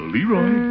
Leroy